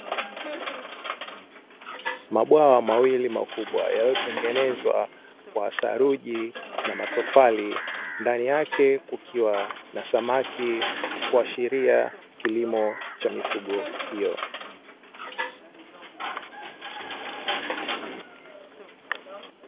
Mabwawa mawili makubwa, yaliyotengenezwa kwa saruji na matofali, ndani yake kukiwa na samaki, kuashiria kilimo cha mifugo hiyo.